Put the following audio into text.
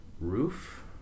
Roof